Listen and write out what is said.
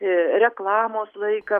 ee reklamos laiką